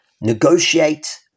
negotiate